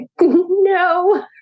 No